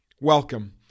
Welcome